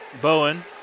Bowen